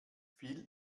fiel